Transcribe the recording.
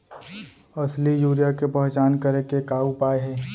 असली यूरिया के पहचान करे के का उपाय हे?